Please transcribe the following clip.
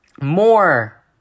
more